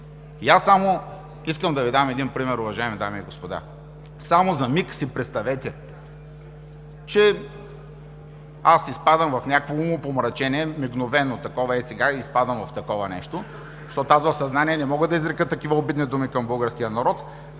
народ. Искам да Ви дам един пример, уважаеми дами и господа: само за миг си представете, че аз изпадам в някакво умопомрачение – мигновено, ей сега изпадам в такова нещо, защото в съзнание не мога да изрека такива обидни думи към българския народ.